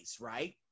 right